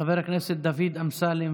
חבר הכנסת דוד אמסלם